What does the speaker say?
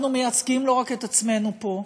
אנחנו מייצגים לא רק את עצמנו פה,